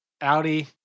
Audi